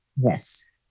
Yes